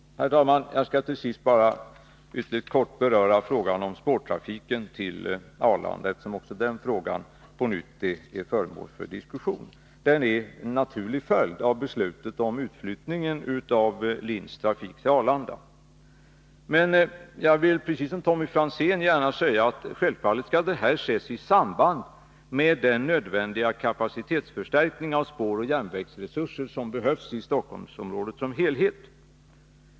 Till sist vill jag ytterligt kortfattat beröra frågan om den spårbundna trafiken till Arlanda, eftersom också den på nytt är föremål för diskussion. Frågan är en naturlig följd av beslutet om utflyttning av LIN:s trafik till Arlanda. Precis som Tommy Franzén vill jag gärna säga att detta självfallet skall ses i samband med den kapacitetsförstärkning av spåroch järnvägsresurser som behövs i Stockholmsområdet som helhet.